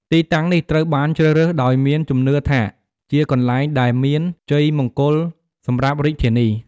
ទីតាំងនេះត្រូវបានជ្រើសរើសដោយមានជំនឿថាជាកន្លែងដែលមានជ័យមង្គលសម្រាប់រាជធានី។